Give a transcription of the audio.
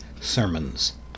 sermons